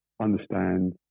understand